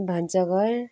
भान्सा घर